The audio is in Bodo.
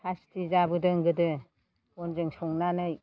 सास्थि जाबोदों गोदो बनजों संनानै